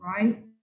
right